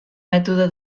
mètode